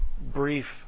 brief